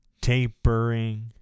tapering